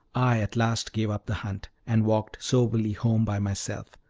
i at last gave up the hunt, and walked soberly home by myself,